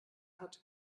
hat